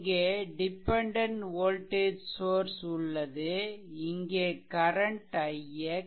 இங்கே dependent voltage source உள்ளது இங்கே கரன்ட் ix